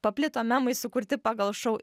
paplito memai sukurti pagal šou